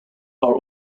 are